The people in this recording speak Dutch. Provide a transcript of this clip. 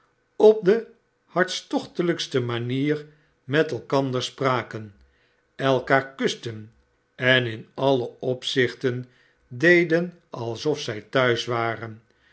op de hartstochtelijkste manier met elkander spraken elkander kusten en in alle opzichten deden alsof zij thuis waren